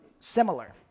similar